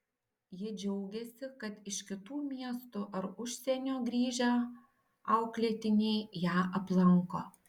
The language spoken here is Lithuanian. ji džiaugiasi kad iš kitų miestų ar užsienio grįžę auklėtiniai ją aplanko